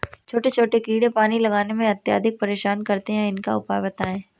छोटे छोटे कीड़े पानी लगाने में अत्याधिक परेशान करते हैं इनका उपाय बताएं?